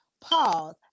pause